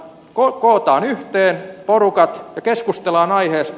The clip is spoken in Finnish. kootaan yhteen porukat ja keskustellaan aiheesta